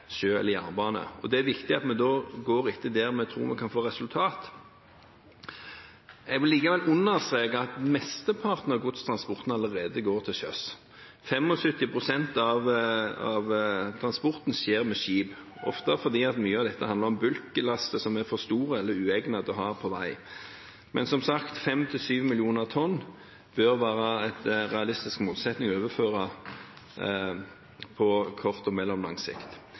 sjø eller jernbane. Det er viktig at vi da går etter der vi tror vi kan få resultater. Jeg vil likevel understreke at mesteparten av godstransporten allerede går til sjøs. 75 pst. av transporten skjer med skip, ofte fordi mye av dette handler om bulklaster som er for store eller uegnet til å ha på vei. Men som sagt: 5–7 mill. tonn bør være en realistisk målsetting å overføre på kort og mellomlang sikt.